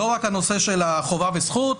לא רק הנושא של חובה וזכות.